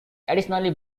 additionally